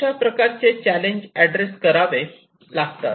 कशाप्रकारचे challenge address करावे लागतात